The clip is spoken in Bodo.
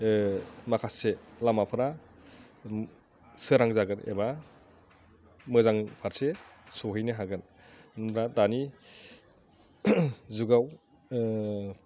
माखासे लामाफोरा सोरां जागोन एबा मोजां फारसे सहैनो हागोन होनब्ला दानि जुगाव